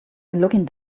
looking